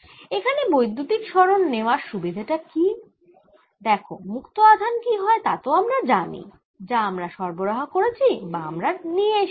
এখন বৈদ্যুতিক সরণ নেওয়ার সুবিধা টা কি দেখ মুক্ত আধান কি হয় তা আমরা জানি যা আমরা সরবরাহ করেছি বা যা আমরা নিয়ে এসেছি